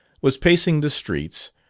was pacing the streets,